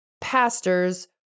pastors